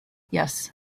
yes